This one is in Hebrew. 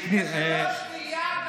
53 מיליארד לחרדים.